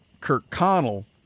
Kirkconnell